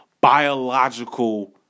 biological